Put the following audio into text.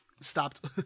stopped